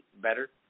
better